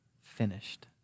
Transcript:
finished